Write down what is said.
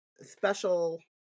special